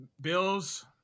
Bills